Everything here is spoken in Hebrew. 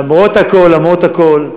למרות הכול, למרות הכול,